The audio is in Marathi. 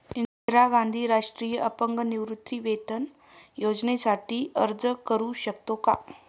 इंदिरा गांधी राष्ट्रीय अपंग निवृत्तीवेतन योजनेसाठी अर्ज करू शकतो का?